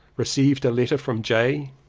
received a letter from j.